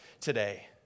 today